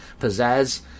pizzazz